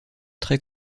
très